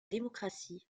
démocratie